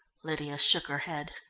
lydia shook her head.